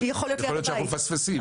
יכול להיות שאנחנו מפספסים.